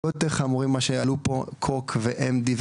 יותר חמורים ממה שעלו פה כמו קוקאין ו-MD,